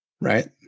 right